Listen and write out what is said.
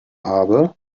habe